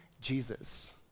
Jesus